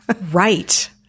Right